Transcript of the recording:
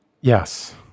Yes